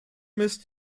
müsst